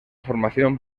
formación